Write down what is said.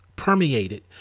permeated